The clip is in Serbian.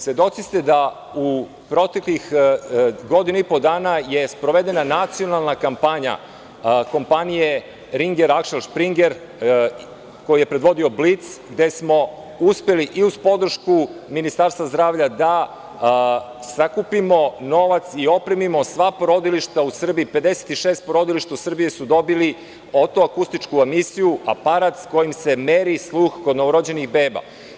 Svedoci ste da u proteklih godinu i po dana je sprovedena nacionalna kampanja, kompanije Ringer askeng Springer koju je predvodio „Blic“ gde smo uspeli i uz podršku Ministarstva zdravlja da sakupimo novac i opremimo sva porodilišta u Srbiji, 56 porodilišta u Srbiji su dobili oto akustičnu amisiju, aparat sa kojim se meri sluh kod novorođenih beba.